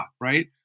Right